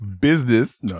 business